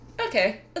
Okay